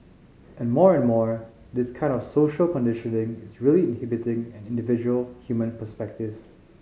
and more and more this kind of social conditioning is really inhibiting an individual human perspective